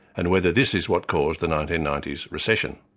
and whether this is what caused the nineteen ninety s recession.